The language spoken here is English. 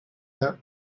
that